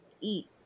eat